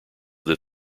that